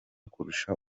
kurusha